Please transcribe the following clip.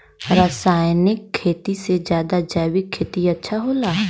रासायनिक खेती से ज्यादा जैविक खेती अच्छा होला